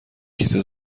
کیسه